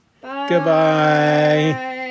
Goodbye